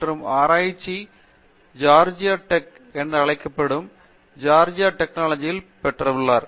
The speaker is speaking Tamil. மற்றும் ஆராய்ச்சியை ஜார்ஜியா டெக் என அழைக்கப்படும் ஜோர்ஜியா தொழில்நுட்புத்தில் பெற்றுள்ளார்